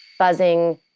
buzzing,